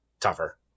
tougher